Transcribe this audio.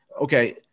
okay